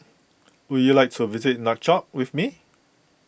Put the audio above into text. would you like to visit Nouakchott with me